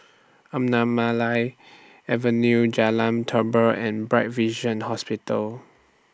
Anamalai Avenue Jalan Tambur and Bright Vision Hospital